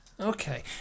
Okay